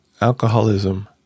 alcoholism